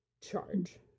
charge